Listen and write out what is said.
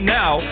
now